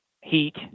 heat